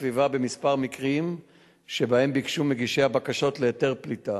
הסביבה בכמה מקרים שבהם ביקשו מגישי הבקשות להיתר פליטה